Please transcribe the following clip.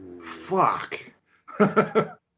Fuck